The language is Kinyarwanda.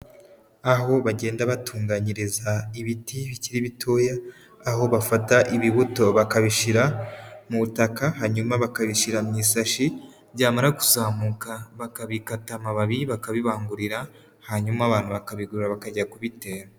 Aho bagenda batunganyiriza ibiti bikiri bitoya, aho bafata ibibuto bakabishyira mu butaka hanyuma bakabishyira mu isashi, byamara kuzamuka bakabikata amababi bakabibangurira, hanyuma abantu bakabigura bakajya kubitera.